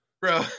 Bro